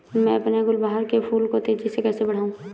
मैं अपने गुलवहार के फूल को तेजी से कैसे बढाऊं?